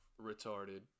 retarded